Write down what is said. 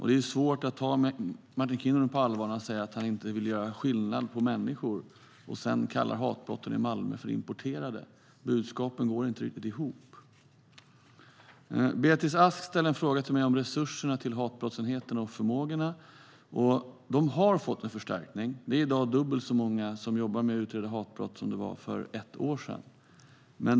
Det är svårt att ta Martin Kinnunen på allvar när han säger att han inte vill göra skillnad på människor och sedan kallar hatbrotten i Malmö "importerade". Budskapen går inte riktigt ihop. Beatrice Ask ställde en fråga till mig om resurserna till hatbrottsenheterna och deras förmågor. De har fått en förstärkning; det är i dag dubbelt så många som jobbar med att utreda hatbrott som det var för ett år sedan.